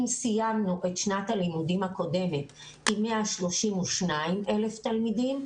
אם סיימנו את שנת הלימודים הקודמת עם 132,000 תלמידים,